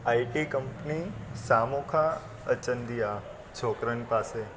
आई T company साम्हूं खां अचंदी आहे छोकिरनि पासे